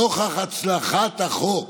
נוכח הצלחת החוק,